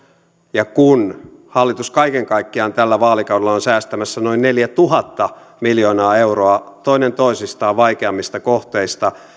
ja kun hallitus kaiken kaikkiaan tällä vaalikaudella on säästämässä noin neljätuhatta miljoonaa euroa toinen toistaan vaikeammista kohteista